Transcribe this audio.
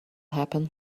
happen